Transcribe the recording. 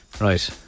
Right